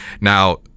now